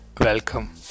Welcome